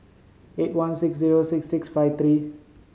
eight one six zero six six five three